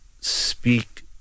speak